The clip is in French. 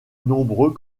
nombreux